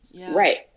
right